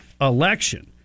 Election